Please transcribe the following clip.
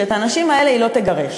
שאת האנשים האלה היא לא תגרש,